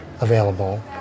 available